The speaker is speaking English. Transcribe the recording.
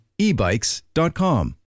ebikes.com